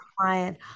client